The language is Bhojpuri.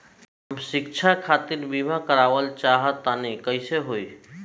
हम शिक्षा खातिर बीमा करावल चाहऽ तनि कइसे होई?